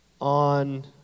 on